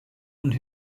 und